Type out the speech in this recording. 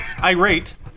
Irate